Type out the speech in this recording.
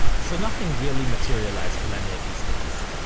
so nothing really materialized from any of these dates.